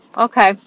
Okay